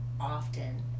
often